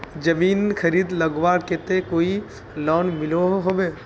जमीन खरीद लगवार केते कोई लोन मिलोहो होबे?